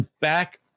back